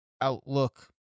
outlook